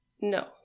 No